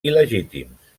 il·legítims